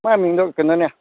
ꯃꯥꯏ ꯃꯤꯡꯗꯣ ꯀꯩꯅꯣꯅꯤ